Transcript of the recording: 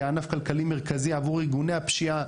כענף כלכלי מרכזי עבור ארגוני הפשיעה,